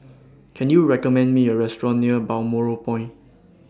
Can YOU recommend Me A Restaurant near Balmoral Point